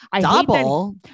double